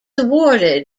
awarded